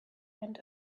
and